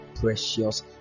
precious